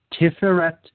Tiferet